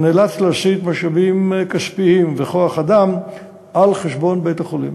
שנאלץ להסיט משאבים כספיים וכוח-אדם על חשבון בית-החולים.